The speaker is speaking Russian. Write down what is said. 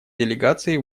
делегаций